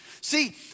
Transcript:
See